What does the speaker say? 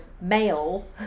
male